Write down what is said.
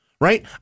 right